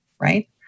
right